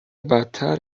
بدتر